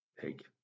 take